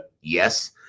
Yes